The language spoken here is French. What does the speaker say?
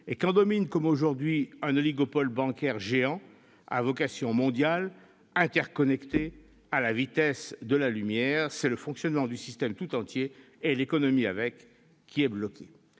Et quand domine, comme aujourd'hui, un oligopole de banques géantes à vocation mondiale interconnectées à la vitesse de la lumière, c'est le fonctionnement du système tout entier, et de l'économie avec lui, qui est bloqué.